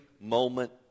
moment